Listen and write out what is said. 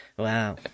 wow